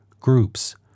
groups